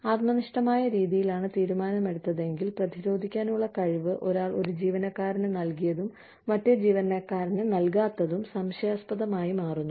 ആത്മനിഷ്ഠമായ രീതിയിലാണ് തീരുമാനമെടുത്തതെങ്കിൽ പ്രതിരോധിക്കാനുള്ള കഴിവ് ഒരാൾ ഒരു ജീവനക്കാരന് നൽകിയതും മറ്റേ ജീവനക്കാരന് നൽകാത്തതും സംശയാസ്പദമായി മാറുന്നു